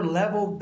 level